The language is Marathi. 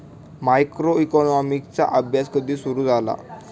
मायक्रोइकॉनॉमिक्सचा अभ्यास कधी सुरु झाला?